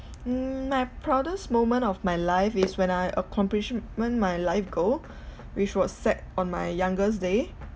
mm my proudest moment of my life is when I accomplishment my life goal which was set on my youngest day